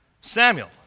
Samuel